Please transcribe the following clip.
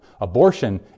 Abortion